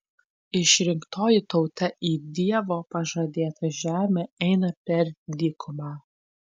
išrinktoji tauta į dievo pažadėtą žemę eina per dykumą